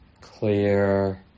clear